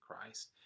Christ